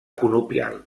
conopial